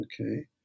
okay